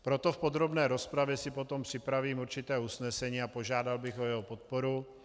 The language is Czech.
Proto si v podrobné rozpravě potom připravím určité usnesení a požádal bych o jeho podporu.